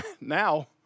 now